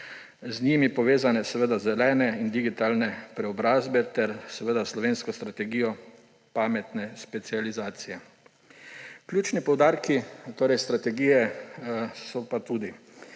z njimi povezane zelene in digitalne preobrazbe ter slovenska strategija pametne specializacije. Ključni poudarki strategije so pa tudi: